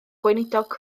gweinidog